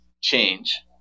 change